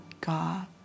God